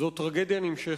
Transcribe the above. זאת טרגדיה נמשכת.